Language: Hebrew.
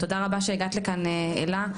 תודה רבה שהגעת לכאן אלה.